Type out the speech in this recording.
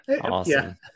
Awesome